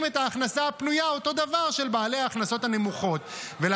את ההכנסה הפנויה של בעלי ההכנסות הנמוכות אותו דבר.